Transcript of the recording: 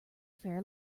fair